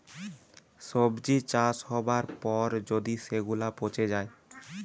সবজি চাষ হবার পর যদি সেগুলা পচে যায়